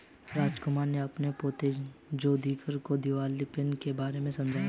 रामकुमार ने अपने पोते जोगिंदर को दिवालियापन के बारे में समझाया